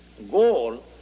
Goal